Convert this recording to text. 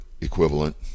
equivalent